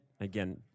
again